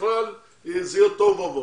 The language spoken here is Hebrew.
בכלל זה יהיה תוהו ובוהו.